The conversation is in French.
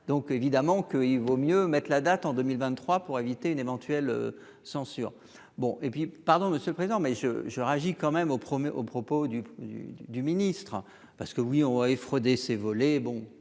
donc évidemment qu'il vaut mieux mettre la date en 2023 pour éviter une éventuelle censure bon et puis, pardon monsieur le président, mais je je réagis quand même au promet aux propos du du du ministre parce que oui on et frauder c'est voler, bon,